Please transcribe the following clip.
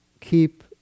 keep